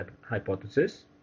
hypothesis